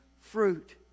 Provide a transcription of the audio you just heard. fruit